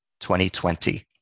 2020